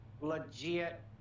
legit